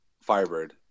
Firebird